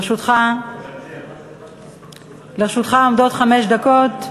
לרשותך עומדות חמש דקות.